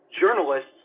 journalists